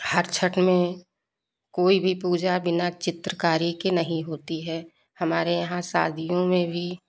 हर छठ में कोई भी पूजा बिना चित्रकारी के नहीं होती है हमारे यहाँ शादियों में भी